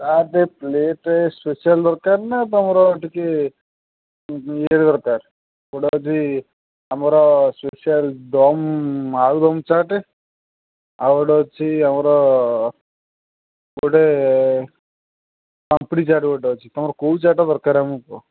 ସାତ plate special ଦରକାର ନା ତମର ଟିକେ ଇଏ ଦରକାର କେଉଁଟା ହେଉଛି ଆମର ସ୍ପେସିଆଲ୍ ଦମ୍ ଆଳୁଦମ ଚାଟ୍ ଆଉ ଗୋଟେ ଅଛି ଆମର ଗୋଟେ ପାମ୍ପୁଡ଼ି ଚାଟ୍ ଗୋଟେ ଅଛି ତମର କେଉଁ ଚାଟ୍ଟା ଦରକାର ଆମକୁ କୁହ